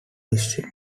history